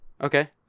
Okay